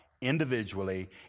individually